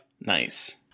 Nice